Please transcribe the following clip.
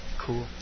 cool